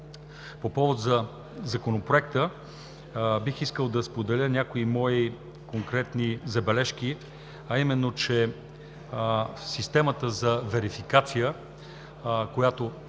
първо. Второ, бих искал да споделя някои мои конкретни забележки, а именно че в системата за верификация, която